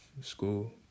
school